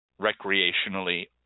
recreationally